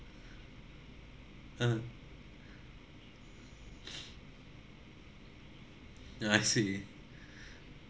uh I see